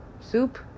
soup